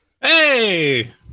Hey